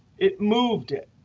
it moved it.